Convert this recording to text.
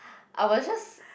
I was just